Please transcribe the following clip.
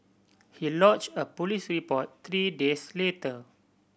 he lodged a police report three days later